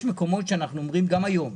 יש מקומות שאנחנו אומרים גם היום,